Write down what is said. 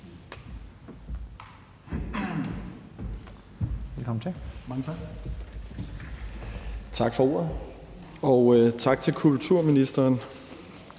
Tak for ordet, og tak til kulturministeren